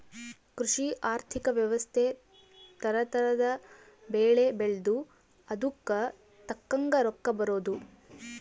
ಕೃಷಿ ಆರ್ಥಿಕ ವ್ಯವಸ್ತೆ ತರ ತರದ್ ಬೆಳೆ ಬೆಳ್ದು ಅದುಕ್ ತಕ್ಕಂಗ್ ರೊಕ್ಕ ಬರೋದು